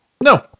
No